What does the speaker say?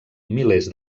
milers